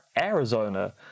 Arizona